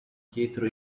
pietro